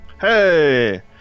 Hey